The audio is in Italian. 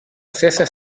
stessa